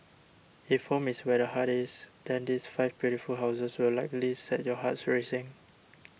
if home is where the heart is then these five beautiful houses will likely set your hearts racing